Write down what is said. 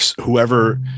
whoever